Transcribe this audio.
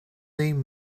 name